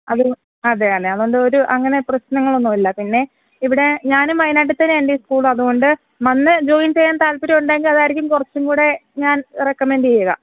അത് അതെ അതെ അതുകൊണ്ട് ഒരു അങ്ങനെ പ്രശ്നങ്ങളൊന്നും ഇല്ല പിന്നെ ഇവിടെ ഞാനും വയനാട്ടില്ത്തന്നെ എൻ്റെ ഈ സ്കൂൾ അതുകൊണ്ട് വന്ന് ജോയിൻ ചെയ്യാൻ താല്പര്യം ഉണ്ടെങ്കില് അതായിരിക്കും കുറച്ചുംകൂടെ ഞാൻ റെക്കമെന്റ് ചെയ്യുക